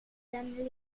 den